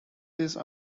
these